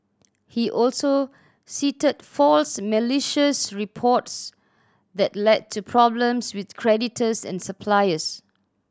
he also cited false malicious reports that led to problems with creditors and suppliers